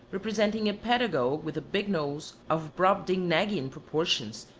representing a pedagogue with a big nose, of brobdingnagian proportions,